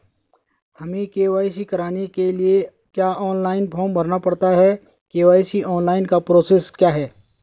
हमें के.वाई.सी कराने के लिए क्या ऑनलाइन फॉर्म भरना पड़ता है के.वाई.सी ऑनलाइन का प्रोसेस क्या है?